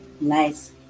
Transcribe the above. nice